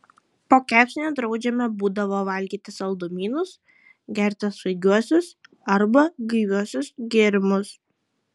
po kepsnio draudžiama būdavo valgyti saldumynus gerti svaigiuosius arba gaiviuosius gėrimus